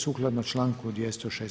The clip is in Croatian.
Sukladno članku 206.